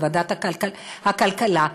בוועדת הכלכלה,